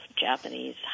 Japanese